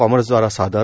कॉमर्सद्वारा सादर